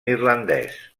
irlandès